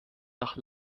nach